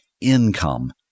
income